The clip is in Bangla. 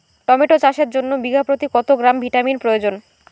টমেটো চাষের জন্য বিঘা প্রতি কত গ্রাম ভিটামিন প্রয়োজন?